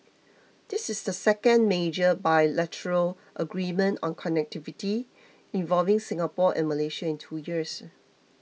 this is the second major bilateral agreement on connectivity involving Singapore and Malaysia in two years